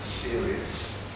serious